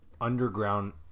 underground